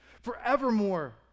forevermore